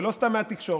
ולא סתם מהתקשורת,